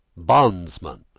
bondsman,